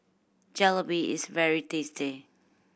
jalebi is very tasty